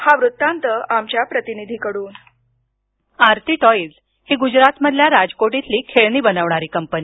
हा वृत्तांत आमच्या प्रतिनिधीकडून ध्वनी आरती टॉईज हि गुजरातमधल्या राजकोट इथली खेळणी बनवणारी कंपनी